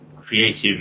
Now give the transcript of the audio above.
creative